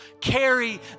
carry